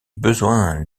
besoins